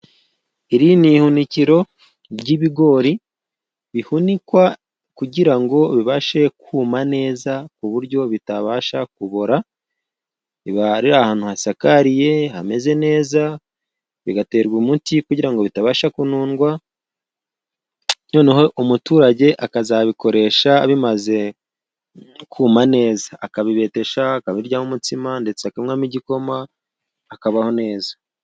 Iri ni ihunikiro ry'ibigori bihunikwa kugira ngo bibashe kuma neza, ku buryo bitabasha kubora, biba biri ahantu hasakariye hameze neza bigaterwa umuti kugira ngo bitabasha kunundwa, noneho umuturage akazabikoresha bimaze kuma neza, akabibetesha akabiryamo umutsima, ndetse akanwamo igikoma akabaho neza.